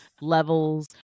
levels